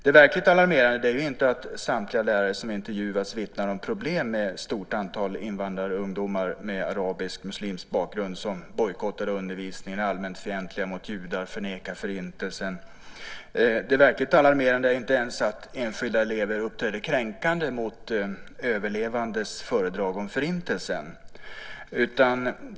Det verkligt alarmerande är inte att samtliga lärare som intervjuas vittnar om problem med ett stort antal invandrarungdomar med arabisk och muslimsk bakgrund som bojkottar undervisningen, är allmänt fientliga mot judar och förnekar Förintelsen. Det verkligt alarmerande är inte ens att enskilda elever uppträder kränkande mot överlevandes föredrag om Förintelsen.